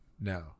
No